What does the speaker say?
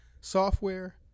software